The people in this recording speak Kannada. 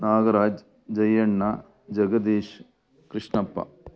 ನಾಗರಾಜ್ ಜೈಯಣ್ಣ ಜಗದೀಶ್ ಕೃಷ್ಣಪ್ಪ